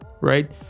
right